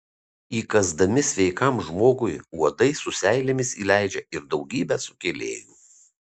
įkąsdami sveikam žmogui uodai su seilėmis įleidžia ir daugybę sukėlėjų